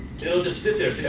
will just sit there,